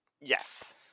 yes